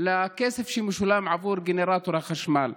לכסף שמשולם עבור גנרטור החשמל.